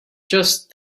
just